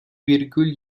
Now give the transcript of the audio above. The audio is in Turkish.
virgül